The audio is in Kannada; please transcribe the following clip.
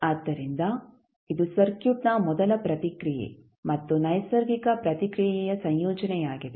ಆದ್ದರಿಂದ ಇದು ಸರ್ಕ್ಯೂಟ್ನ ಮೊದಲ ಪ್ರತಿಕ್ರಿಯೆ ಮತ್ತು ನೈಸರ್ಗಿಕ ಪ್ರತಿಕ್ರಿಯೆಯ ಸಂಯೋಜನೆಯಾಗಿದೆ